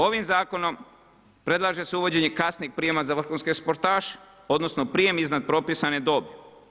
Ovim zakonom predlaže se uvođenje kasnijeg prijama za vrhunske sportaše, odnosno, prijem iznad propisane dobi.